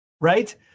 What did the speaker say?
right